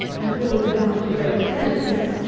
and will, without great carelessness,